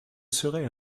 serait